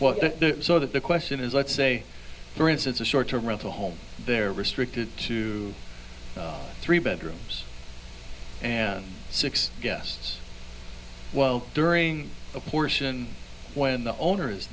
do so that the question is let's say for instance a short term rental home they're restricted to three bedrooms and six guests well during a portion when the owner